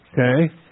Okay